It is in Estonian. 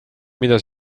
mida